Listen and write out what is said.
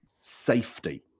safety